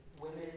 women